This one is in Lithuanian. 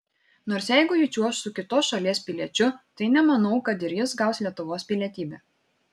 nors jeigu ji čiuoš su kitos šalies piliečiu tai nemanau kad ir jis gaus lietuvos pilietybę